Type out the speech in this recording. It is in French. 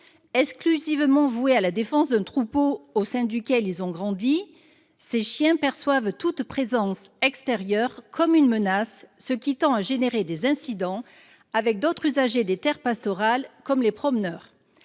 Exclusivement voués à la défense d’un troupeau au sein duquel ils ont grandi, ces chiens perçoivent toute présence extérieure comme une menace, ce qui tend à provoquer des incidents avec d’autres usagers des terres pastorales, comme les promeneurs.